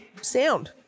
sound